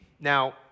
Now